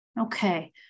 Okay